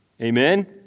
amen